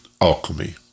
alchemy